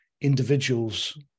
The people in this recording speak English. individuals